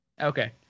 Okay